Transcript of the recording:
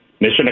mission